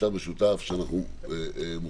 מכתב משותף שאומר שאנחנו מוכנים,